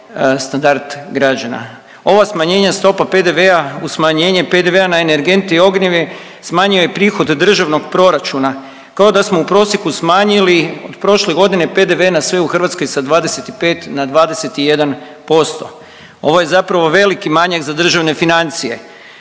standard građana. Ova smanjenja stopa PDV-a uz smanjenje PDV-a na energente i ogrijeve smanjuje prihod državnog proračuna kao da smo u prosjeku smanjili od prošle godine PDV na sve u Hrvatskoj sa 25 na 21%. Ovo je zapravo veliki manjak za državne financije,